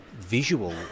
visual